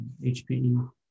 HPE